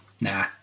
nah